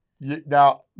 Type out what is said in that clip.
Now